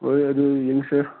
ꯍꯣꯏ ꯑꯗꯨ ꯌꯦꯡꯁꯦ